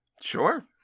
Sure